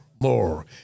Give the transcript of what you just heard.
more